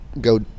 go